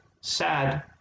sad